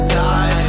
die